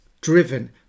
driven